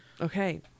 Okay